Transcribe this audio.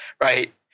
Right